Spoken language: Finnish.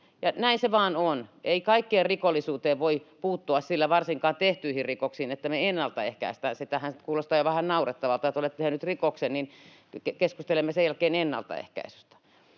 näin se vain on: ei kaikkeen rikollisuuteen voi puuttua, varsinkaan tehtyihin rikoksiin, sillä, että me ennaltaehkäistään. Sehän kuulostaa jo vähän naurettavalta, että kun olet tehnyt rikoksen, niin keskustelemme sen jälkeen ennaltaehkäisystä.